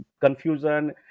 confusion